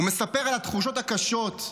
הוא מספר על התחושות הקשות,